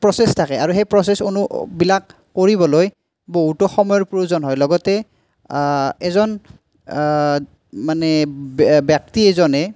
process থাকে আৰু সেই প্ৰচেছ অনু বিলাক কৰিবলৈ বহুতো সময়ৰ প্ৰয়োজন হয় লগতে এজন মানে ব্যক্তি এজনে